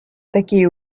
такие